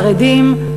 חרדים,